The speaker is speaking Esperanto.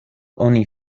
oni